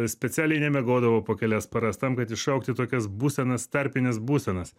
specialiai nemiegodavo po kelias paras tam kad iššaukti tokias būsenas tarpines būsenas